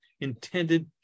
intended